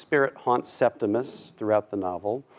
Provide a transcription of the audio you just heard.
spirit haunts septimus throughout the novel,